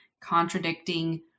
contradicting